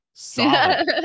Solid